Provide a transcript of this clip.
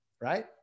Right